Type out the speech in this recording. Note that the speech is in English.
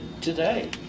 today